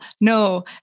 No